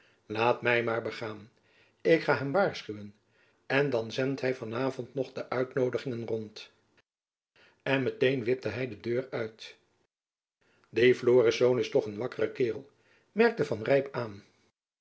laat my maar begaan ik ga hem waarschuwen en dan zendt hy van avond nog de uitnoodigingen rond en met-een wipte hy de deur uit die florisz is toch een wakkere kaerel merkte van rijp aan